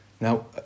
Now